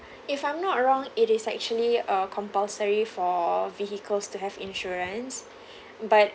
if I'm not wrong it is actually uh compulsory for vehicles to have insurance but